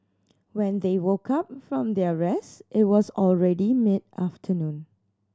when they woke up from their rest it was already mid afternoon